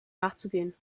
nachzugehen